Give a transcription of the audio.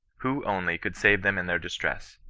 who only could save them in their distress.